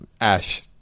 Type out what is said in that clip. Ash